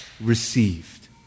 received